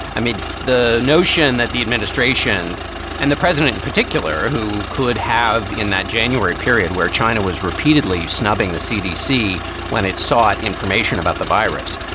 i mean, the notion that the administration and the president in particular, who could have in that january period where china was repeatedly snubbing the cdc when it saw it, information about the virus.